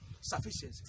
sufficiency